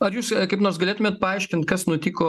ar jūs kaip nors galėtumėt paaiškint kas nutiko